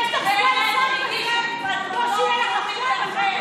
יש לך סגן שר כזה, על מה את מדברת בכלל?